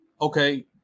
okay